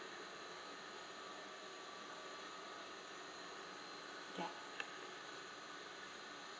ya